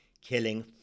killing